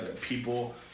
people